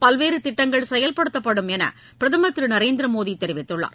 பல்வேறு திட்டங்கள் செயல்படுத்தப்படும் என பிரதமர் திரு நரேந்திர மோடி தெரிவித்துள்ளார்